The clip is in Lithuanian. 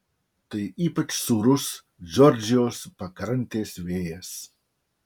tai ypač sūrus džordžijos pakrantės vėjas